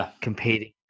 competing